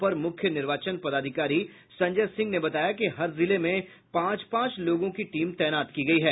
अपर मुख्य निर्वाचन पदाधिकारी संजय सिंह ने बताया कि हर जिले में पांच पांच लोगों की टीम तैनात की गयी है